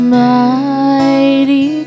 mighty